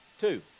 Two